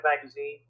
magazine